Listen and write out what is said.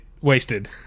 wasted